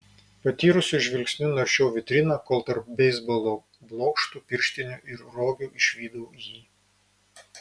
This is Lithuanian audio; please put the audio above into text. patyrusiu žvilgsniu naršiau vitriną kol tarp beisbolo blokštų pirštinių ir rogių išvydau jį